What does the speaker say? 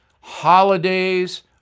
holidays